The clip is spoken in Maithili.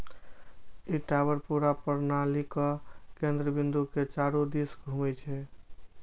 ई टावर पूरा प्रणालीक केंद्र बिंदु के चारू दिस घूमै छै